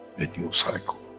a new cycle.